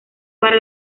para